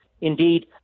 Indeed